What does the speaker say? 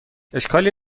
اشکالی